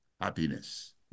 happiness